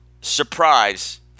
surprise